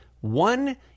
one